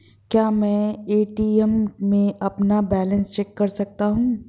क्या मैं ए.टी.एम में अपना बैलेंस चेक कर सकता हूँ?